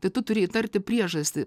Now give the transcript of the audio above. tai tu turi įtarti priežastį